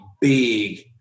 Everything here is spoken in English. big